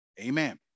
Amen